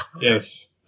yes